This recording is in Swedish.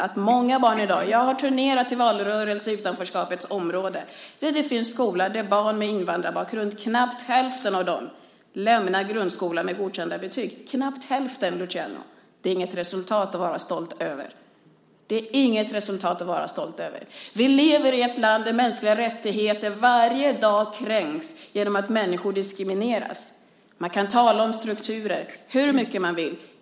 Jag har under valrörelsen turnerat i utanförskapets områden där det finns skolor där knappt hälften av barnen med invandrarbakgrund lämnar grundskolan med godkända betyg. Det är inget resultat att vara stolt över. Vi lever i ett land där mänskliga rättigheter varje dag kränks genom att människor diskrimineras. Man kan tala om strukturer hur mycket man vill.